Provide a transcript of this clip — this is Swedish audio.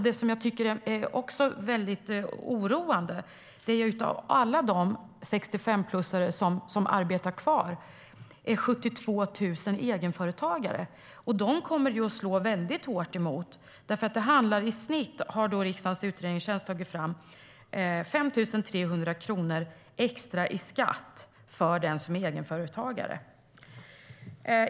Det jag tycker är väldigt oroande är att 72 000 av alla de 65-plussare som arbetar kvar är egenföretagare. Det kommer att slå hårt mot dem, för enligt vad riksdagens utredningstjänst har tagit fram handlar det i snitt om 5 300 kronor extra i skatt för den som är egenföretagare.